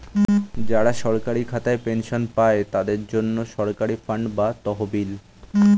যারা সরকারি খাতায় পেনশন পায়, তাদের জন্যে পেনশন ফান্ড বা তহবিল